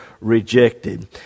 rejected